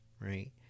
Right